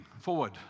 forward